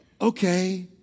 okay